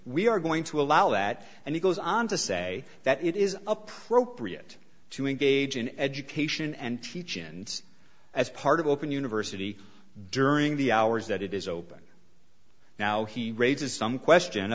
we are going to allow that and he goes on to say that it is appropriate to engage in education and teach in as part of open university during the hours that it is opened now he raises some question